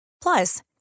Plus